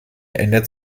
ändert